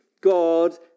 God